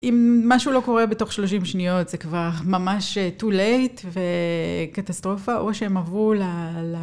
אם משהו לא קורה בתוך 30 שניות, זה כבר ממש too late וקטסטרופה, או שהם עברו ל...